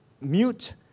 mute